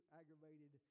aggravated